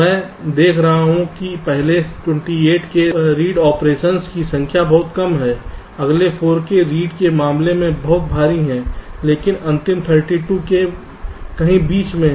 मैं देख रहा हूं कि पहले 28 k रीड ऑपरेशन की संख्या बहुत कम है अगले 4 k रीड के मामले में बहुत भारी है लेकिन अंतिम 32 k कहीं बीच में है